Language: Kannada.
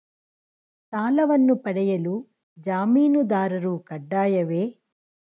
ಸಾಲವನ್ನು ಪಡೆಯಲು ಜಾಮೀನುದಾರರು ಕಡ್ಡಾಯವೇ?